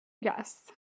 Yes